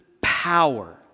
power